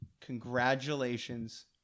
Congratulations